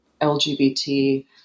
lgbt